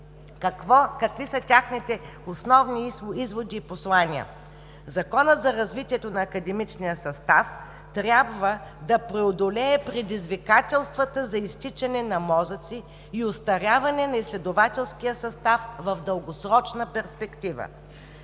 Какви са техните основни изводи и послания? Законът за развитието на академичния състав трябва да преодолее предизвикателствата за изтичане на мозъци и остаряване на изследователския състав в дългосрочна перспектива.